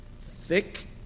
thick